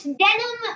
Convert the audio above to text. denim